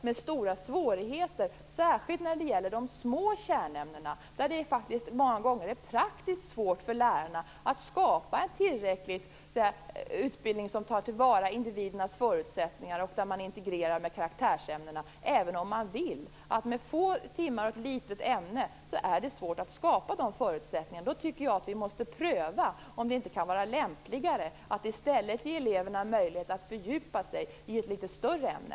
De har stora svårigheter särskilt när det gäller de små kärnämnena. Många gånger är det faktiskt praktiskt svårt för lärarna att skapa en utbildning som tar till vara individernas förutsättningar och där man integrerar med karaktärsämnena, även om man vill. Med få timmar och ett litet ämne är det svårt att skapa de förutsättningarna. Då tycker jag att vi måste pröva om det inte kan vara lämpligare att i stället ge eleverna möjlighet att fördjupa sig i ett litet större ämne.